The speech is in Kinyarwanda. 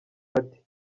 ati